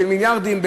של מיליארדים,